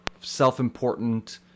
self-important